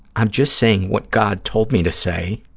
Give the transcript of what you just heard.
i'm just saying what god told me to say.